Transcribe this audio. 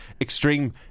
Extreme